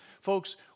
Folks